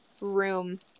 room